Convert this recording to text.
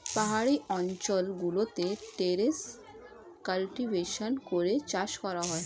পাহাড়ি অঞ্চল গুলোতে টেরেস কাল্টিভেশন করে চাষ করা হয়